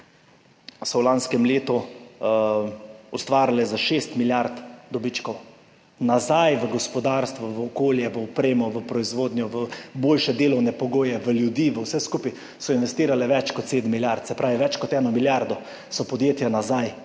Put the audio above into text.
so v lanskem letu ustvarila za šest milijard evrov dobičkov, nazaj v gospodarstvo, okolje, opremo, proizvodnjo, boljše delovne pogoje, ljudi, v vse skupaj so investirala več kot sedem milijard, se pravi več kot eno milijardo so podjetja nazaj